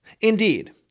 Indeed